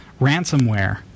ransomware